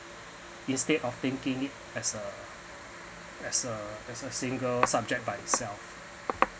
instead of thinking it as a as a as a single subject by itself